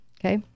Okay